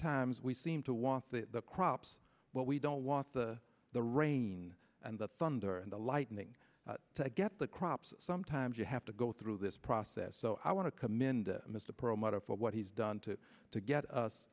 times we seem to want the crops but we don't want the the rain and the thunder and the lightning to get the crops sometimes you have to go through this process so i want to commend mr prometa for what he's done to to get us